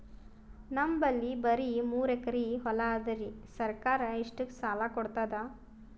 ನಮ್ ಬಲ್ಲಿ ಬರಿ ಮೂರೆಕರಿ ಹೊಲಾ ಅದರಿ, ಸರ್ಕಾರ ಇಷ್ಟಕ್ಕ ಸಾಲಾ ಕೊಡತದಾ?